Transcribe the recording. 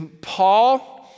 Paul